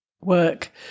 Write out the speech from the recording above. work